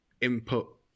input